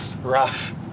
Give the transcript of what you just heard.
Rough